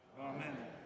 Amen